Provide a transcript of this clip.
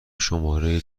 شماره